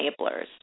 enablers